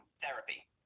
therapy